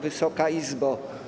Wysoka Izbo!